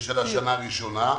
של השנה הראשונה.